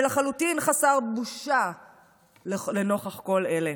ולחלוטין חסר בושה לנוכח כל אלה.